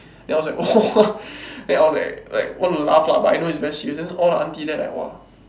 then I was like !wah! then I was like like wanna laugh lah but I know it's very serious then all the auntie there like !wah!